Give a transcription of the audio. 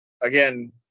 Again